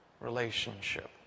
relationship